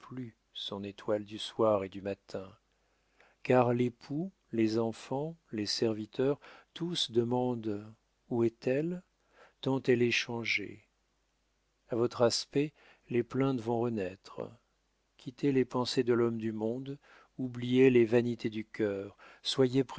son étoile du soir et du matin car l'époux les enfants les serviteurs tous demandent où est-elle tant elle est changée a votre aspect les plaintes vont renaître quittez les pensées de l'homme du monde oubliez les vanités du cœur soyez